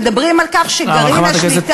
מדברות על כך שגרעין השליטה,